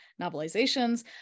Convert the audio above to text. novelizations